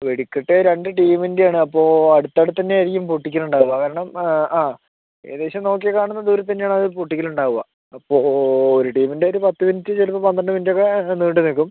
വെടിക്കെട്ട് രണ്ടു ടീമിന്റെയാണ് അപ്പോൾ അടുത്തടുത്തു തന്നെയായിരിക്കും പൊട്ടിക്കലുണ്ടാവുക കാരണം ആ ഏകദേശം നോക്കിയാൽ കാണുന്ന ദൂരത്തു തന്നെയാണ് അത് പൊട്ടിക്കലുണ്ടാവുക അപ്പോൾ ഒരു ടീമിൻ്റെ ഒരു പത്തു മിനിറ്റ് ചിലപ്പോൾ പന്ത്രണ്ടു മിനുട്ടൊക്കെ ചിലപ്പോൾ നീണ്ടു നിൽക്കും